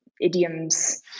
idioms